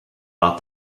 out